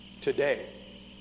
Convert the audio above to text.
today